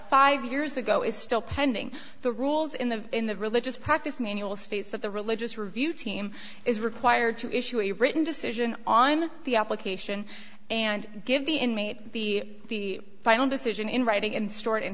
five years ago is still pending the rules in the in the religious practice manual states that the religious review team is required to issue a written decision on the application and give the inmate the final decision in writing and stored in